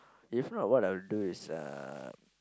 if not what I will do is uh